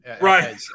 right